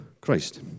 Christ